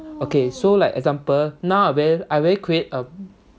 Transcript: okay so like example now I I already created a